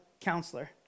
counselor